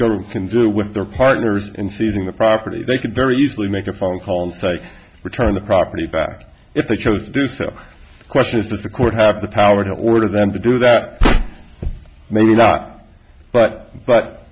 government can do with their partners and seizing the property they can very easily make a phone call and say return the property back if they chose to do so question is the court have the power to order them to do that maybe not but but